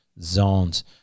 zones